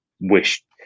wish